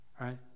Right